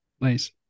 Nice